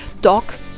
Doc